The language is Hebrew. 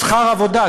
שכר עבודה,